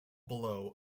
below